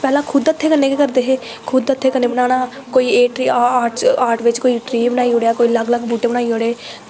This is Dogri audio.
पैह्लें खुद हत्थें कन्नै करदे हे खुद हत्थें कन्नै बनाना कोई आर्ट बिच्च ट्री बनाई ओड़ेआ केई अलग अलग बनाई ओड़े